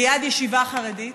ליד ישיבה חרדית,